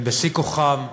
הם בשיא כוחם,